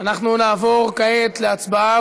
אנחנו נעבור כעת להצבעה,